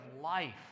life